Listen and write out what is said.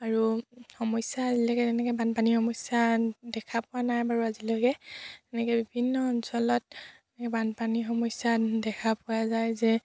আৰু সমস্যা আজিলৈকে তেনেকৈ বানপানী সমস্যা দেখা পোৱা নাই বাৰু আজিলৈকে তেনেকৈ বিভিন্ন অঞ্চলত বানপানী সমস্যা দেখা পোৱা যায় যে